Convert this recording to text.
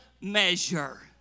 measure